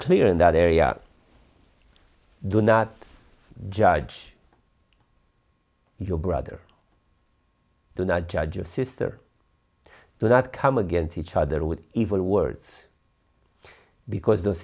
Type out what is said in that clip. clear in that area do not judge your brother to not judge your sister that come against each other with evil words because th